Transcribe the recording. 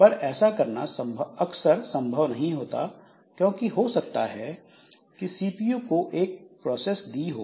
पर ऐसा करना अक्सर संभव नहीं होता क्योंकि हो सकता है कि सीपीयू को एक प्रोसेस दी हो